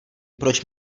proč